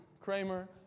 Kramer